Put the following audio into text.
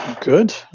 Good